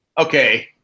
okay